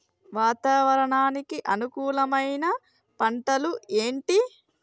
వాతావరణానికి అనుకూలమైన పంటలు ఏంటి?